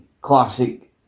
classic